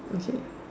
okay